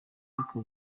ariko